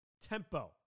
Tempo